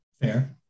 Fair